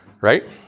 Right